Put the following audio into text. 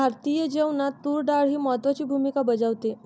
भारतीय जेवणात तूर डाळ ही महत्त्वाची भूमिका बजावते